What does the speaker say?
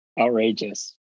outrageous